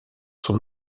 sont